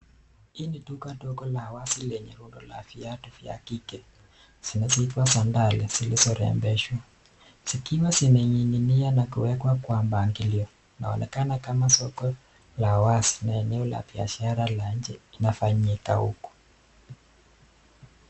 Hii ni duka dogo la wazi lenye rundo la viatu vya kike vinavyoitwa sandali zilizorembeshwa zikiwa zimening'inia na kuwekwa kwa mpangilio. Inaonekana kama soko la wazi na eneo la biashara la nje inafanyika huko.